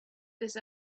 this